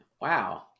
wow